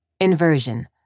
Inversion